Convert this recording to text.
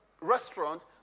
restaurant